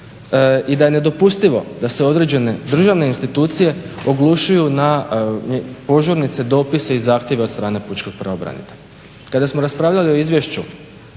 i da je nedopustivo da se određene državne institucije oglušuju na požurnice, dopise i zahtjeve od strane pučkog pravobranitelja. Kada smo raspravljali o izvješću